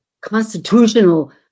constitutional